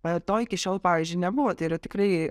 e to iki šiol pavyzdžiui nebuvo tai yra tikrai